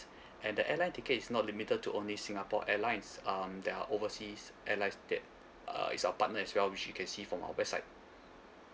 and the airline ticket is not limited to only Singapore Airlines um there are overseas airlines that uh is our partner as well which you can see from our website